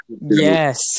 yes